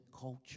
culture